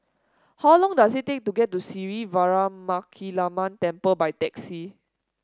how long does it take to get to Sri Veeramakaliamman Temple by taxi